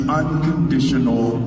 unconditional